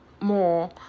more